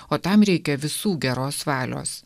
o tam reikia visų geros valios